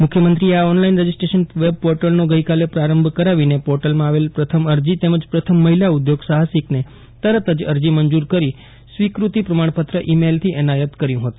મુખ્યમંત્રીએ આ online registration web પોર્ટલનો ગઈકાલે પ્રારંભ કરાવીને પોર્ટલમાં આવેલ પ્રથમ અરજી તેમજ પ્રથમ મહિલા ઊદ્યોગ સાહસિકને તરત જ અરજી મંજૂર કરી સ્વીકૃતિ પ્રમાણપત્ર ઇ મેઇલથી એનાયત કર્યુ હતું